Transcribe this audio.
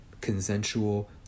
consensual